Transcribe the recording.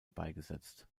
beigesetzt